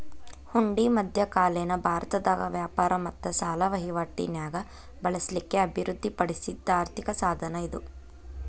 ಹುಂಡಿ ಮಧ್ಯಕಾಲೇನ ಭಾರತದಾಗ ವ್ಯಾಪಾರ ಮತ್ತ ಸಾಲ ವಹಿವಾಟಿ ನ್ಯಾಗ ಬಳಸ್ಲಿಕ್ಕೆ ಅಭಿವೃದ್ಧಿ ಪಡಿಸಿದ್ ಆರ್ಥಿಕ ಸಾಧನ ಇದು